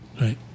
Right